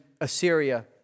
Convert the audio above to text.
Assyria